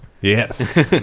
Yes